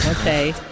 Okay